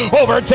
over